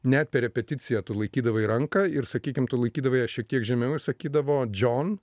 net per repeticiją tu laikydavai ranką ir sakykim laikydavai ją šiek tiek žemiau ir sakydavo džon